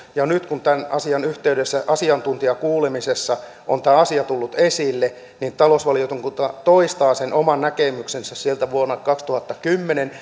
nyt kun tämän asian yhteydessä asiantuntijakuulemisessa on tämä asia tullut esille niin talousvaliokunta toistaa sen oman näkemyksensä sieltä vuodelta kaksituhattakymmenen